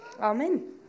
Amen